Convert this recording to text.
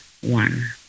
one